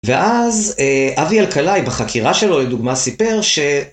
ואז אבי אלקלעי בחקירה שלו לדוגמה סיפר ש..